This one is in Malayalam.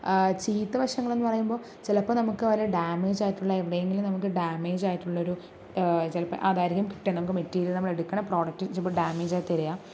ചീത്തവശങ്ങളെന്നു പറയുമ്പോൾ ചിലപ്പോൾ നമുക്ക് വല്ല ഡാമേജ് ആയിട്ടുള്ള എവിടേങ്കിലും നമുക്ക് ഡാമേജായിട്ടുള്ളൊരു ചിലപ്പോൾ അതായിരിക്കും കിട്ടുക നമുക്ക് മെറ്റിരിയൽ നമ്മൾ എടുക്കണ പ്രോഡക്റ്റ് ചിലപ്പോൾ ഡാമേജ് തരാ